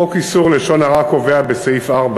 חוק איסור לשון הרע קובע בסעיף 4